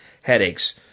headaches